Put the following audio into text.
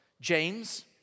James